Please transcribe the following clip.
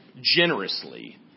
generously